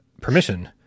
permission